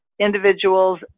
individuals